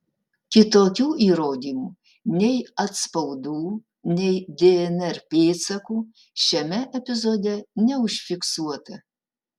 kitokių įrodymų nei atspaudų nei dnr pėdsakų šiame epizode neužfiksuota